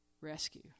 rescue